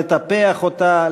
לטפח אותה,